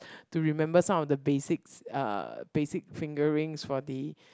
to remember some of the basics uh basic fingerings for the